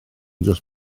dros